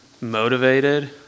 motivated